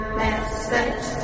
message